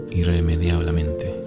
irremediablemente